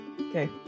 Okay